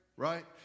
right